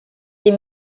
des